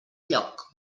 lloc